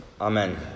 amen